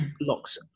locks